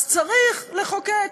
אז צריך לחוקק.